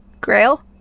Grail